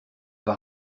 pas